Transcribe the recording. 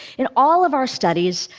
in all of our studies,